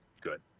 Good